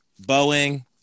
Boeing